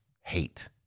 hate